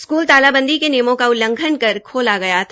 school तालाबंदी के नियमों का उल्लंघन कर खोला गया था